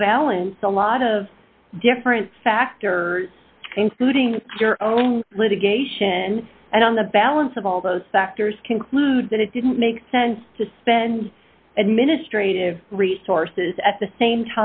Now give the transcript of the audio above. l balance a lot of different factors including your own litigation and on the balance of all those factors conclude that it didn't make sense to spend administrative resources at the same